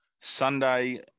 Sunday